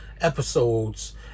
episodes